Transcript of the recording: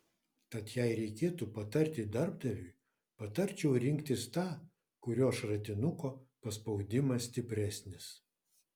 tad jei reikėtų patarti darbdaviui patarčiau rinktis tą kurio šratinuko paspaudimas stipresnis